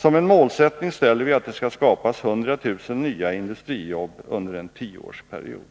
Som en målsättning ställer vi att det skall skapas 100 000 nya industrijobb under en tioårsperiod.